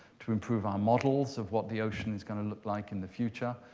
to improve our models of what the ocean is going to look like in the future,